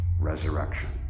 resurrection